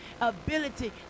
ability